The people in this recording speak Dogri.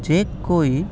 जे कोई